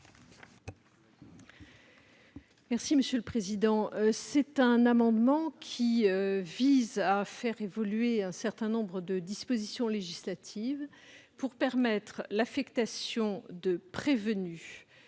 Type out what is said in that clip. Mme la garde des sceaux. Cet amendement vise à faire évoluer un certain nombre de dispositions législatives, pour permettre l'affectation de prévenus